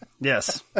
yes